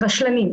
רשלנים.